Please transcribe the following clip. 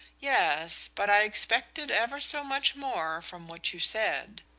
yes but i expected ever so much more from what you said,